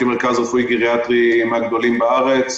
כמרכז רפואי-גריאטרי מהגדולים בארץ,